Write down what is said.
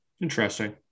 Interesting